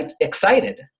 excited